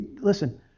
Listen